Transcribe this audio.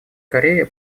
корея